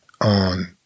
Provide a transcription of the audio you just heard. on